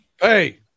Hey